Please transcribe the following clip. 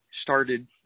started